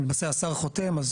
השר חותם.